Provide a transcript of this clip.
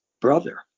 brother